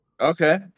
Okay